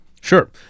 Sure